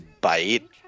bite